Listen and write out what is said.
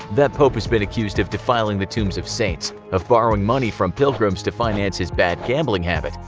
that pope has been accused of defiling the tombs of saints, of borrowing money from pilgrims to finance his bad gambling habit,